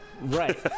Right